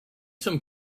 some